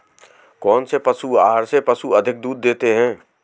कौनसे पशु आहार से पशु अधिक दूध देते हैं?